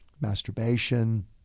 masturbation